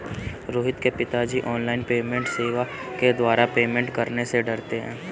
रोहित के पिताजी online payment सेवा के द्वारा पेमेंट करने से डरते हैं